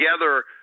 together